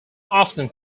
often